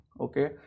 okay